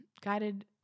guided